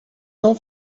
não